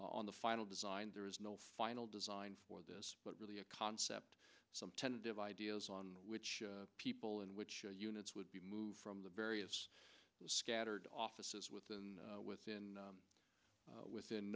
final design there is no final design for this but really a concept some tentative ideas on which people in which units would be moved from the various scattered offices within within within